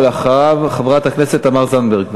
אחריו, חברת הכנסת תמר זנדברג.